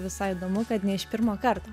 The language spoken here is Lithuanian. visai įdomu kad ne iš pirmo karto